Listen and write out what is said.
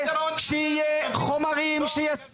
שבתוכנית הלימודים יהיו חומרי לימוד